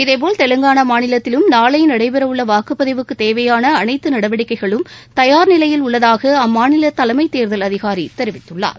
இதேபோல் தெலங்கானா மாநிலத்திலும் நாளை நடைபெறவுள்ள வாக்குப்பதிவுக்குத் தேவையான அனைத்து நடவடிக்கைகளும் தயார் நிலையில் உள்ளதான அம்மாநில் தேலைமை தேர்தல் அதிகாரி தெரிவித்துள்ளார்